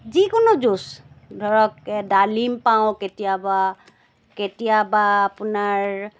যিকোনো জুইচ ধৰক ডালিম পাওঁ কেতিয়াবা কেতিয়াবা আপোনাৰ